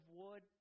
wood